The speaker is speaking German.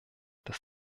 dass